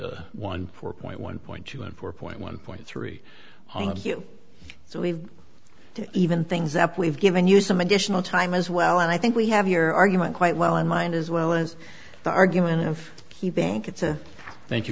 point one four point one point two and four point one point three so we do even things up we've given you some additional time as well and i think we have your argument quite well in mind as well as the argument of key banc it's a thank you